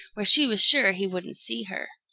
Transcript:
where she was sure he wouldn't see her.